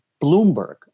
Bloomberg